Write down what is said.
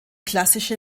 klassische